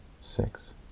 six